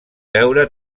veure